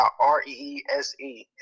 r-e-e-s-e